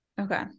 Okay